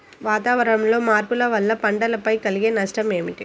వాతావరణంలో మార్పుల వలన పంటలపై కలిగే నష్టం ఏమిటీ?